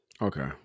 Okay